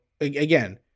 again